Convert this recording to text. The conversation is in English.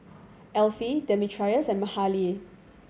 Elfie Demetrios and Mahalie